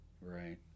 right